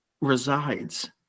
resides